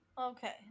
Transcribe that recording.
Okay